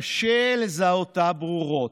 קשה לזהותה ברורות,